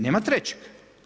Nema trećeg.